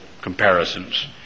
comparisons